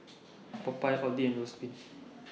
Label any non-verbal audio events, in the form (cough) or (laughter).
Popeyes Audi and (unintelligible)